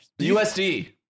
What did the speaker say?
USD